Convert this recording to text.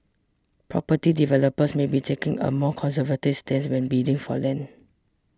property developers may be taking a more conservative stance when bidding for land